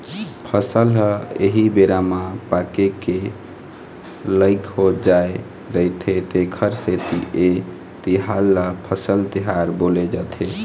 फसल ह एही बेरा म पाके के लइक हो जाय रहिथे तेखरे सेती ए तिहार ल फसल तिहार बोले जाथे